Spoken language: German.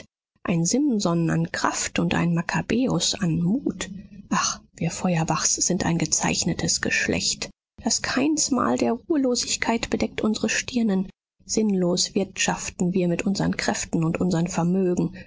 ein simson an kraft und ein makkabäus an mut ach wir feuerbachs sind ein gezeichnetes geschlecht das kainsmal der ruhelosigkeit bedeckt unsre stirnen sinnlos wirtschaften wir mit unsern kräften und unsern vermögen